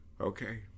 Okay